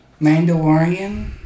Mandalorian